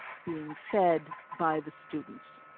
being fed by the students,